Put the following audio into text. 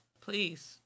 please